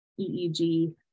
EEG